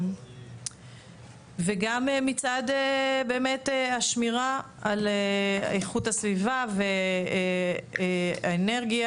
וגם, מצד השמירה על איכות הסביבה והאנרגיה.